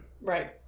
Right